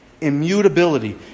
Immutability